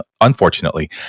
unfortunately